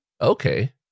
Okay